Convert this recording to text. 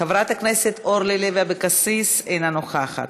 חברת הכנסת אורלי לוי אבקסיס אינה נוכחת,